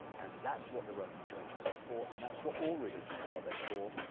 and that's what the roman church is there for, and that's what all religions are there for,